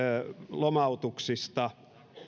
lomautuksista